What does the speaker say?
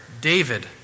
David